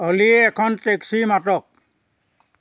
অ'লি এখন টেক্সী মাতক